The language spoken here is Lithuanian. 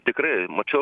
tikrai mačiau